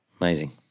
Amazing